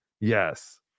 yes